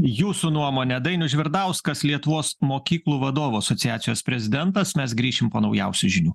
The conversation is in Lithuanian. jūsų nuomonė dainius žvirdauskas lietuvos mokyklų vadovų asociacijos prezidentas mes grįšim po naujausių žinių